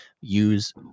use